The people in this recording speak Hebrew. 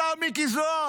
השר מיקי זוהר,